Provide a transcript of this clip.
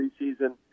preseason